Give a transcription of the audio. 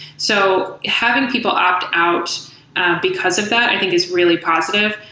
so having people opt out because of that i think is really positive.